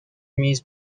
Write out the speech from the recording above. میز